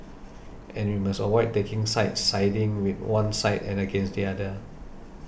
and we must avoid taking sides siding with one side and against the other